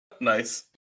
Nice